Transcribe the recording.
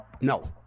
No